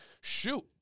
shoot